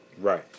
Right